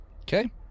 Okay